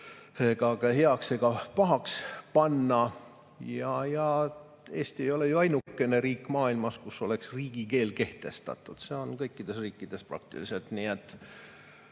ka heaks ega pahaks panna. Eesti ei ole ju ainukene riik maailmas, kus oleks riigikeel kehtestatud. See on kõikides riikides praktiliselt, isegi